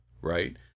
right